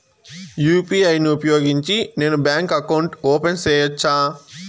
UPI ను ఉపయోగించి నేను బ్యాంకు అకౌంట్ ఓపెన్ సేయొచ్చా?